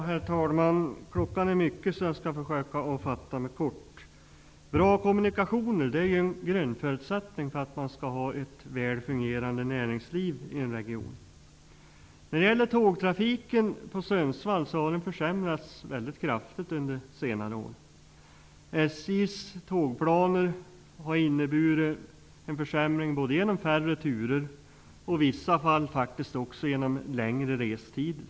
Herr talman! Klockan är mycket, så jag skall försöka att fatta mig kort. Bra kommunikationer är en grundförutsättning för ett väl fungerande näringsliv i en region. Tågtrafiken på Sundsvall har under senare år försämrats väldigt kraftigt. SJ:s tågplaner har inneburit en försämring, både genom färre turer och i vissa fall också genom längre restider.